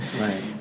Right